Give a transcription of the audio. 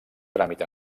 tràmit